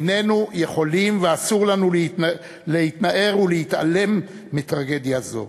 איננו יכולים ואסור לנו להתנער ולהתעלם מטרגדיה זו.